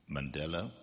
Mandela